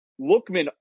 Lookman